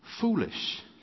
Foolish